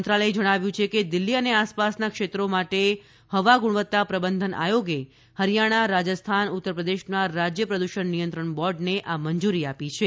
મંત્રાલયે જણાવ્યું કે દિલ્ફી અને આસપાસના ક્ષેત્રોમાં માટે હવા ગુણવત્તા પ્રબંધન આયોગે હરિયાણા રાજસ્થાન ઉત્તરપ્રદેશના રાજ્ય પ્રદૂષણ નિયંત્રણ બોર્ડને આ મંજુરી આપી છે